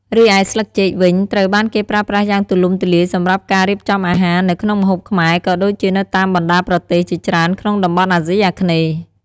រីឯ ស្លឹកចេក វិញត្រូវបានគេប្រើប្រាស់យ៉ាងទូលំទូលាយសម្រាប់ការ រៀបចំអាហារ នៅក្នុងម្ហូបខ្មែរ ក៏ដូចជានៅតាមបណ្ដាប្រទេសជាច្រើនក្នុងតំបន់អាស៊ីអាគ្នេយ៍។